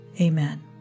Amen